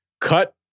Cut